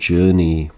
Journey